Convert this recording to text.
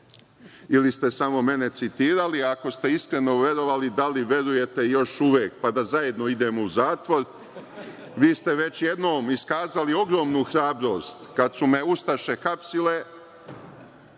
ili ste samo mene citirali? Ako ste iskreno verovali, da li verujete još uvek, pa da zajedno idemo u zatvor? Vi ste već jednom iskazali ogromnu hrabrost kad su me ustaše hapsile